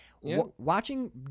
Watching